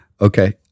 okay